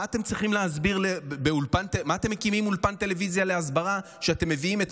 מה אתם מקימים אולפן טלוויזיה להסברה ואתם מביאים לשם